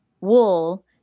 wool